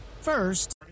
First